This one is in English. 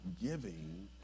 giving